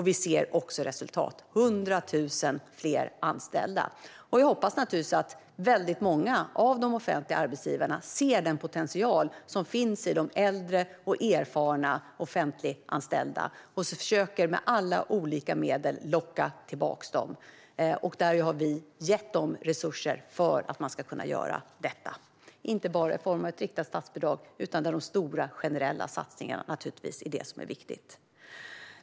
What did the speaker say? Vi ser också resultat: 100 000 fler anställda. Vi hoppas naturligtvis att många av de offentliga arbetsgivarna ser den potential som finns i de äldre och erfarna offentliganställda och med alla olika medel försöker locka tillbaka dem. Vi har gett dem resurser för att de ska kunna göra detta, och det inte bara i form av ett riktat statsbidrag. Det är de stora, generella satsningarna som är det viktiga.